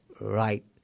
right